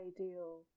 ideal